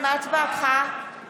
אינו משתתף בהצבעה משה ארבל,